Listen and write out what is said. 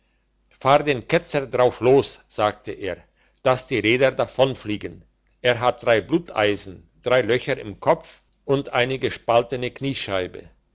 fahr den ketzer drauf los sagte er dass die räder davonfliegen er hat drei bluteisen drei löcher im kopf und eine gespaltene kniescheibe